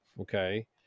Okay